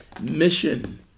mission